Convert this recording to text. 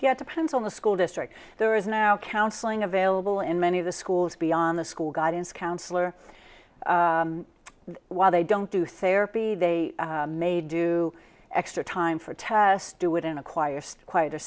yet depends on the school district there is now counseling available in many of the schools beyond the school guidance counselor why they don't do therapy they may do extra time for tests do it in a quiet quieter